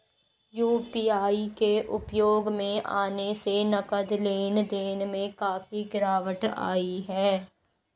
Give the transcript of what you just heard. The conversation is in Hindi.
यू.पी.आई के उपयोग में आने से नगद लेन देन में काफी गिरावट आई हैं